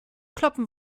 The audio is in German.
kloppen